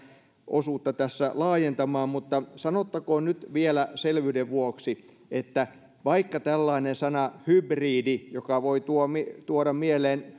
osuutta tässä laajentamaan mutta sanottakoon nyt vielä selvyyden vuoksi että vaikka tällainen sana hybridi voi tuoda mieleen